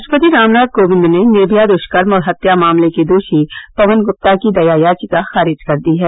राष्ट्रपति रामनाथ कोविंद ने निर्मया दृष्कर्म और हत्या मामले के दोषी पवन गुप्ता की दया याचिका खारिज कर दी है